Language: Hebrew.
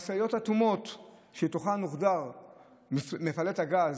משאיות אטומות, שלתוכן הוחדר מפלט הגז,